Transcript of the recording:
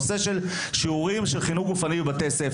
נושא של שיעורים, של חינוך גופני בבתי-ספר.